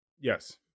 Yes